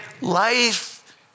life